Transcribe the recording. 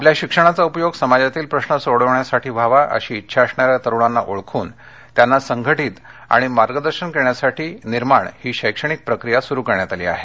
आपल्या शिक्षणाचा उपयोग समाजातील प्रश्र सोडवण्यासाठी व्हावा अशी उंछा असणाऱ्या तरुणांना ओळखून त्यांना संघटित आणि मार्गदर्शन करण्यासाठी निर्माण ही शौक्षणिक प्रक्रिया सुरू करण्यात आली आहे